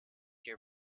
year